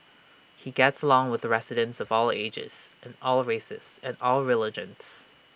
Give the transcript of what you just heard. he gets along with residents of all ages and all races and all religions